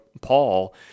Paul